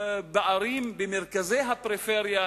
בערים במרכזי הפריפריה,